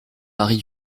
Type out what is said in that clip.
marie